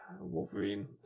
Wolverine